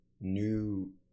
new